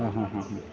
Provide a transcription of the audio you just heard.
हां हां हां हां